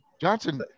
Johnson